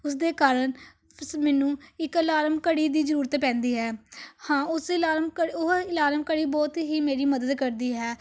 ਉਸਦੇ ਕਾਰਨ ਮੈਨੂੰ ਇੱਕ ਅਲਾਰਮ ਘੜੀ ਦੀ ਜ਼ਰੂਰਤ ਪੈਂਦੀ ਹੈ ਹਾਂ ਉਸ ਆਲਾਰਮ ਘ ਉਹ ਆਲਾਰਮ ਘੜੀ ਬਹੁਤ ਹੀ ਮੇਰੀ ਮਦਦ ਕਰਦੀ ਹੈ